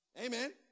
Amen